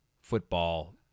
football